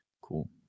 cool